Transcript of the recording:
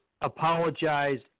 apologized